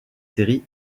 séries